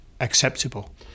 acceptable